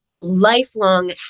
lifelong